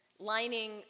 lining